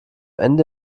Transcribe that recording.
ende